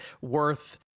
worth